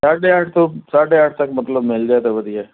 ਸਾਢੇ ਅੱਠ ਤੋਂ ਸਾਢੇ ਅੱਠ ਤੱਕ ਮਤਲਬ ਮਿਲ ਜਾਏ ਤਾਂ ਵਧੀਆ